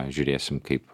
žiūrėsim kaip